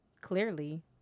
Clearly